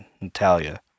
Natalia